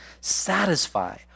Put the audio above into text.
satisfy